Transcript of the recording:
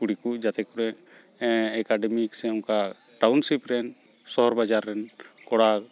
ᱠᱩᱲᱤᱠᱚ ᱡᱟᱛᱮᱠᱚᱨᱮ ᱮᱠᱟᱰᱮᱢᱤ ᱥᱮ ᱚᱱᱠᱟ ᱴᱟᱣᱩᱱᱥᱤᱯ ᱨᱮᱱ ᱥᱚᱦᱚᱨᱼᱵᱟᱡᱟᱨ ᱨᱮᱱ ᱠᱚᱲᱟ